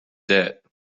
debt